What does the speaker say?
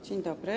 Dzień dobry.